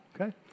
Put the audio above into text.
okay